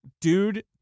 dude